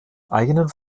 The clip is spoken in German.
eigenen